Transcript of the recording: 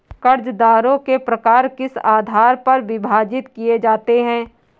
कर्जदारों के प्रकार किस आधार पर विभाजित किए जाते हैं?